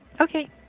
Okay